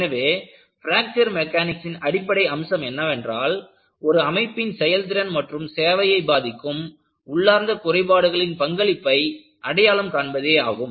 எனவே பிராக்சர் மெக்கானிக்ஸின் அடிப்படை அம்சம் என்னவென்றால் ஒரு அமைப்பின் செயல்திறன் மற்றும் சேவையை பாதிக்கும் உள்ளார்ந்த குறைபாடுகளின் பங்களிப்பை அடையாளம் காண்பதே ஆகும்